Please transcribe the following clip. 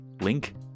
Link